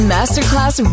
Masterclass